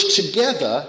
together